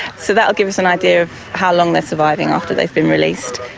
so that will give us an idea of how long they are surviving after they've been released.